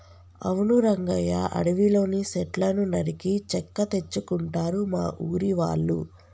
అవును రంగయ్య అడవిలోని సెట్లను నరికి చెక్క తెచ్చుకుంటారు మా ఊరి వాళ్ళు